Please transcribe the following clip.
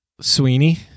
Sweeney